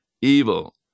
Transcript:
evil